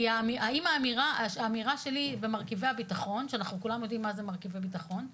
כי אם האמירה שלי במרכיבי הביטחון, שאנחנו